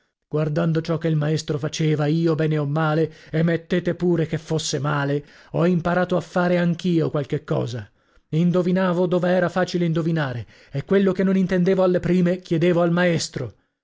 guardando ciò che il maestro faceva io bene o male e mettete pure che fosse male ho imparato a fare anch'io qualche cosa indovinavo dov'era facile indovinare e quello che non intendevo alle prime chiedevo al maestro